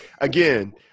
Again